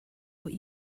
what